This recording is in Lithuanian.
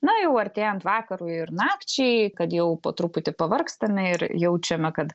na jau artėjant vakarui ir nakčiai kad jau po truputį pavargstame ir jaučiame kad